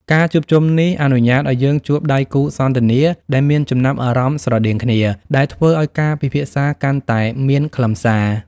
ការជួបជុំនេះអនុញ្ញាតឱ្យយើងជួបដៃគូសន្ទនាដែលមានចំណាប់អារម្មណ៍ស្រដៀងគ្នា ដែលធ្វើឱ្យការពិភាក្សាកាន់តែមានខ្លឹមសារ។